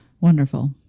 Wonderful